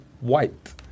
white